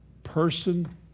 person